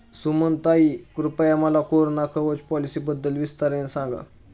सुमनताई, कृपया मला कोरोना कवच पॉलिसीबद्दल विस्ताराने सांगा